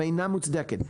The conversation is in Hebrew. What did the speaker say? ואינה מוצדקת.